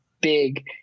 big